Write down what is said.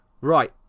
Right